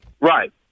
Right